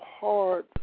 hard